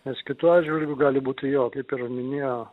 nes kitu atžvilgiu gali būti jo kaip ir minėjo